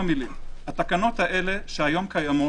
התקנות האלה, שהיום קיימות